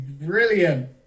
brilliant